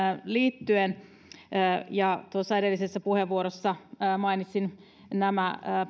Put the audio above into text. liittyen tuossa edellisessä puheenvuorossa mainitsin nämä